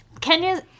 Kenya